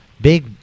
big